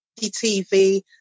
TV